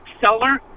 seller